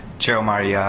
chair omari. yeah